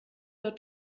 dort